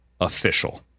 official